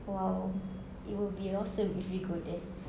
!wow! it will be awesome if we go there